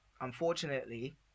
unfortunately